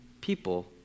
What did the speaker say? people